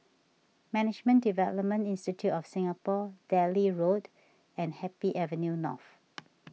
Management Development Institute of Singapore Delhi Road and Happy Avenue North